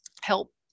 help